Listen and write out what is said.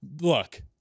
Look